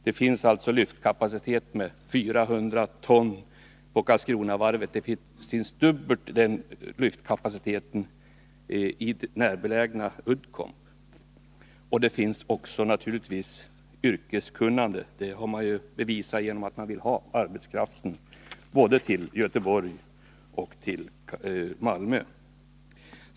Det finns alltså lyftkapacitet på 400 ton vid Karlskronavarvet, och det finns dubbel lyftkapacitet vid det närbelägna Uddcomb. Det finns naturligtvis också yrkeskunnande — vilket bevisas genom att man vill ha arbetskraft både till Göteborg och till Malmö.